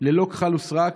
ללא כחל וסרק.